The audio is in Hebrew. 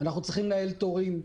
אנחנו צריכים לנהל תורים,